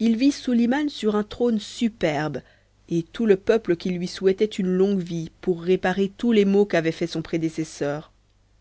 il vit suliman sur un trône superbe et tout le peuple qui lui souhaitait une longue vie pour réparer tous les maux qu'avait faits son prédécesseur